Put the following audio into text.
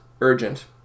urgent